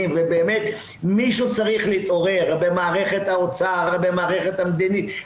ובאמת מישהו צריך להתעורר במערכת האוצר במערכת המדינית,